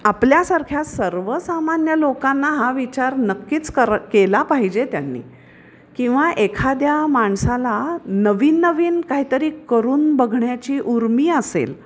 आपल्यासारख्या सर्वसामान्य लोकांना हा विचार नक्कीच कर केला पाहिजे त्यांनी किंवा एखाद्या माणसाला नवीन नवीन काही तरी करून बघण्याची उर्मी असेल